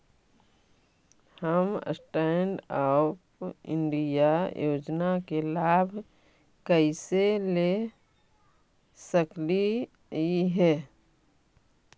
हम stand up India योजना के लाभ कइसे ले सकलिअई हे